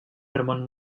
ramon